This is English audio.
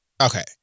Okay